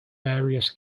various